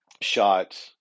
shot